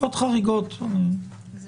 לחריגים במקרים מיוחדים.